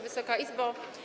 Wysoka Izbo!